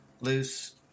loose